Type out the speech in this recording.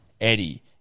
Eddie